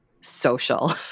social